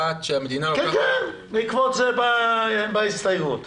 כן, בעקבות זה באה ההסתייגות.